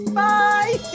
bye